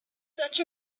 such